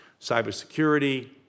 Cybersecurity